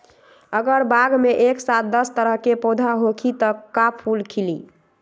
अगर बाग मे एक साथ दस तरह के पौधा होखि त का फुल खिली?